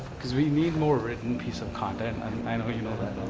cause we need more written piece of content and i know you know that.